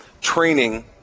training